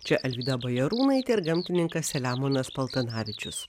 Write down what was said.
čia alvyda bajarūnaitė ir gamtininkas selemonas paltanavičius